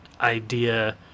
idea